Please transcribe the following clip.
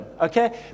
Okay